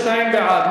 שניים בעד.